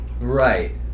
Right